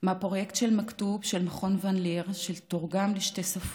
מפרויקט מכתוב של מכון ון ליר, שתורגם לשתי שפות.